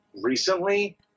recently